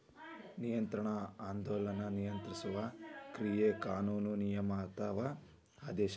ನಿಯಂತ್ರಣ ಅದೊಂದ ನಿಯಂತ್ರಿಸುವ ಕ್ರಿಯೆ ಕಾನೂನು ನಿಯಮ ಅಥವಾ ಆದೇಶ